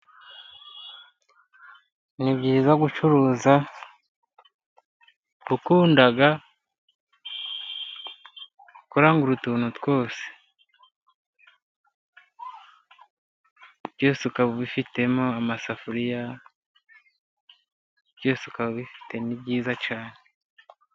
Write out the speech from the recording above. Ni byiza gucuruza, gukunda kurangura utuntu twose byose ukaba ubifitemo amasafuriya, byose ukaba ubifitemo ni byiza cyane.